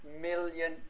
million